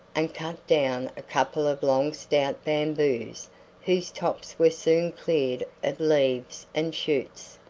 and cut down a couple of long stout bamboos whose tops were soon cleared of leaves and shoots.